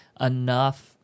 enough